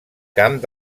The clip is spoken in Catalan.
camp